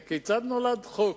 כיצד נולד חוק?